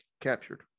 captured